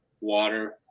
Water